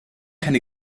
keine